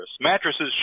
mattresses